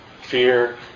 fear